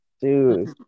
Dude